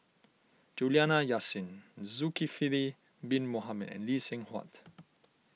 Juliana Yasin Zulkifli Bin Mohamed and Lee Seng Huat